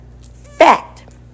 Fact